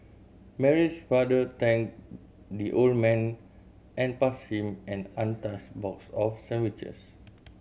Mary's father thanked the old man and passed him an untouched box of sandwiches